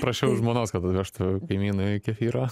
prašiau žmonos kad nuvežtų kaimynui kefyro